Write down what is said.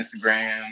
Instagram